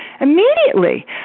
immediately